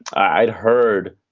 i heard.